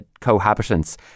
cohabitants